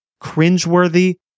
cringeworthy